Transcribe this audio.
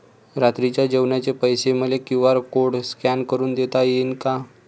रात्रीच्या जेवणाचे पैसे मले क्यू.आर कोड स्कॅन करून देता येईन का?